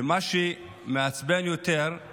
ומה שמעצבן יותר הוא